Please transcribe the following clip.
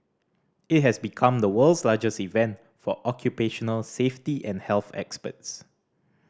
it has become the world's largest event for occupational safety and health experts